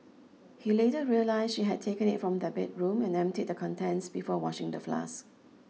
he later realise she had taken it from their bedroom and emptied the contents before washing the flask